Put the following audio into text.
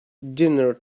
dinner